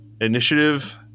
initiative